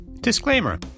Disclaimer